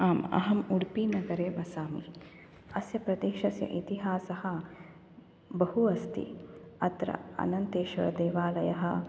आम् अहम् उडुपिनगरे वसामि अस्य प्रदेशस्य इतिहासः बहु अस्ति अत्र अनन्तेश्वरदेवालयः